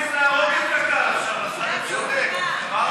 ההצעה להעביר לוועדה את הצעת חוק קרן קיימת לישראל (תיקון,